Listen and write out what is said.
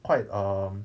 quite um